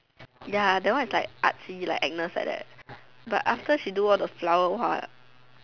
ya that one is like artsy like Agnes like that but after she do all the flower !wah!